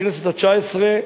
לכנסת התשע-עשרה,